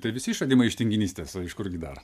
tai visi išradimai iš tinginystės o iš kur gi dar